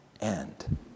end